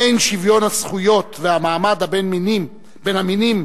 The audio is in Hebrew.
האין שוויון הזכויות והמעמד בין המינים